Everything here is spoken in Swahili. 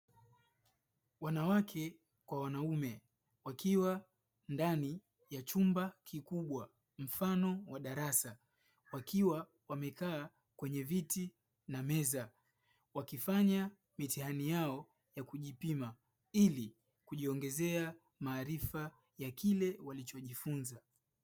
Wanawake kwa wanaume wakiwa ndani ya chumba kikubwa mfano wa darasa wakiwa wamekaa kwenye viti na meza, wakifanya mitihani yao ya kujipima ili kujiongezea maarifa ya kile walichojifunza.